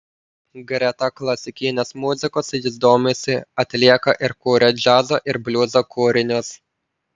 greta klasikinės muzikos jis domisi atlieka ir kuria džiazo ir bliuzo kūrinius